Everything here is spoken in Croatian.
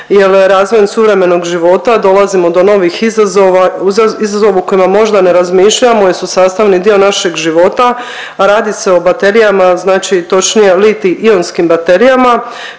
razvojem suvremenog života dolazimo do novih izazova u kojima možda ne razmišljamo jer su sastavni dio našeg života, a radi se o baterijama, znači točnije litij-ionskim baterijama.